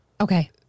Okay